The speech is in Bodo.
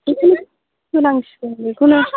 इसे होनांसिगोन बेखौनो